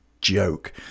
joke